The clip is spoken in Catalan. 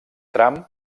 tram